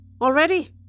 Already